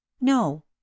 no